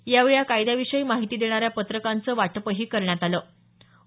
यावेळी या कायद्याविषयी माहिती देणाऱ्या पत्रकांचं वाटपही करण्यात आलं केलं